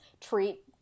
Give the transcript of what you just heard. treat